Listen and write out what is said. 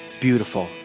beautiful